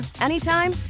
anytime